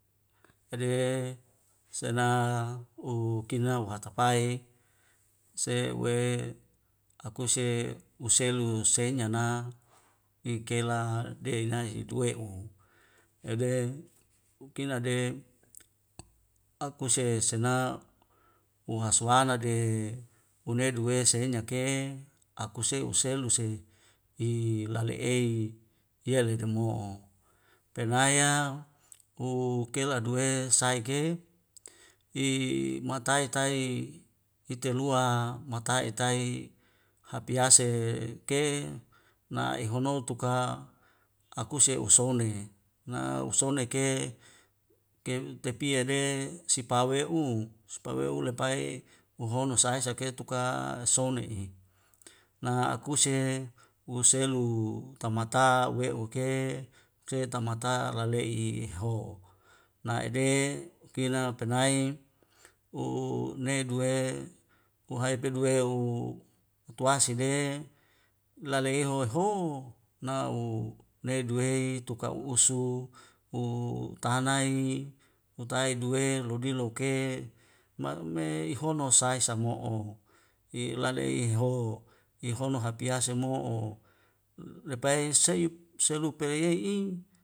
Ede sena u kina u hatapae se we akuse u selu sei'niana ingkela dei'nai duwe'u ede kina de akuse sena uhaswana de unedu we seinya ke akuse uselu se i lalei e ia leta mo'o penaya u kela aduwe sai ke i matai tai itelua matai tai hapiase he ke na ihonou tuka akuse usone na usonek ke ke tepie de sipawe'u sipawe'u lepai uhono sai sake tuka sone'i na akuse uselu tamata uwe'u ke huse tamata lale'i i'ihoho na'ede kina penai u nedu we uhai peduwe'u utuwase de lale'i i'ihoho nau neduwei tuka usu u tahanai utai duwe lodi loke ma me ihono sai sa mo'o i lale i'hoho i hono hapiase mo'o lepai seyup selu peyeyei i